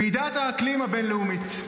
ועידת האקלים הבין-לאומית.